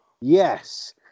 yes